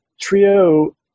trio